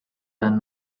than